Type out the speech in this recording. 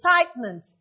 excitement